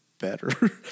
better